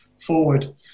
forward